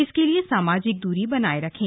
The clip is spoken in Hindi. इसके लिए सामाजिक दूरी बनाये रखें